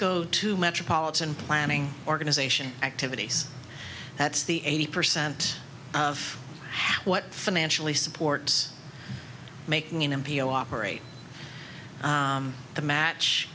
go to metropolitan planning organization activities that's the eighty percent of what financially support making m p o operate to match